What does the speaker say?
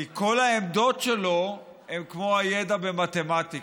כי כל העמדות שלו הן כמו הידע במתמטיקה.